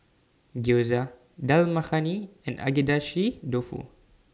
Gyoza Dal Makhani and Agedashi Dofu